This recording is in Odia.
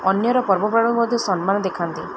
ଅନ୍ୟର ପର୍ବପର୍ବାଣିକୁ ମଧ୍ୟ ସମ୍ମାନ ଦେଖାନ୍ତି